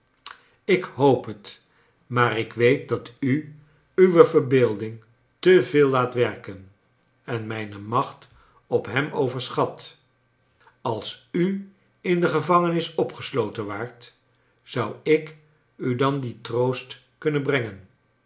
ik hoop het maar ik weet dat u uwe verbeelding te veel laat werken en mijne macbt op bem overs chat als u in de gevangenis opgesloten waart zou ik u dan dien troost kunnen brengen